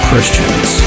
Christians